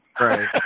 Right